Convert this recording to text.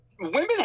women